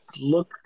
look